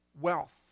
Wealth